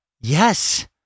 Yes